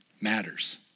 matters